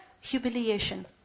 Humiliation